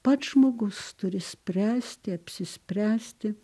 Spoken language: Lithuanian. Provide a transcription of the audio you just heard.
pats žmogus turi spręsti apsispręsti